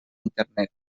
internet